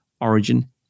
Origin